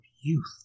youth